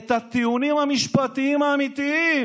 את הטיעונים המשפטיים האמיתיים.